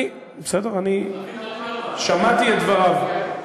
בסדר, אני שמעתי את דבריו.